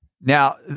Now